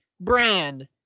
brand